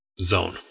zone